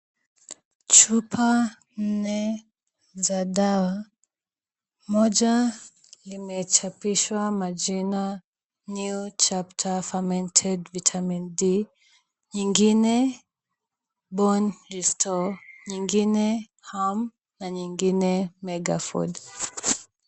Chupa nne za dawa. Moja limechapishwa majina new chapter fermented vitamin D , nyingine bone restore , nyingine hum na nyingine megafood .